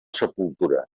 sepultura